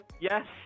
Yes